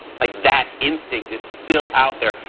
like that instinct is still out there.